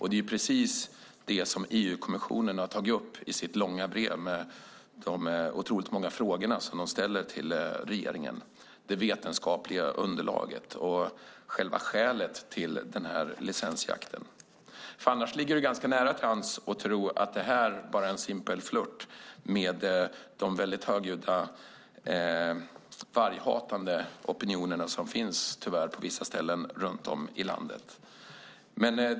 Det är precis det som EU-kommissionen tagit upp i sitt långa brev med otroligt många frågor till regeringen om det vetenskapliga underlaget och själva skälet till denna licensjakt. Annars ligger det ganska nära till hands att det här bara är en simpel flört med de väldigt högljudda varghatande opinioner som tyvärr finns på vissa ställen runt om i landet.